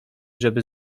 żeby